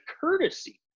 courtesy